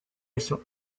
action